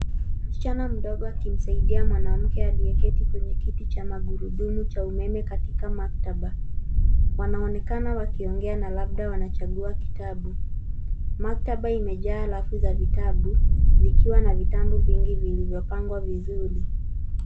Msichana mdogo akimsaidia mwanamke aliyeketi kwenye kiti cha magurudumu cha umeme katika maktaba. Wanaonekana wakiongea na labda wanachagua kitabu. Maktaba imejaa rafu za vitabu zikiwa na vitabu vingi vilivyopangwa vizuri.